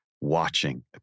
watching